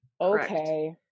Okay